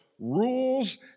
rules